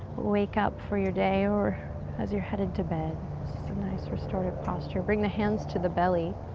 wake up for your day, or as you're headed to bed so nice, restorative posture. bring the hands to the belly.